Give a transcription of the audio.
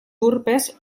urpes